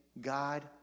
God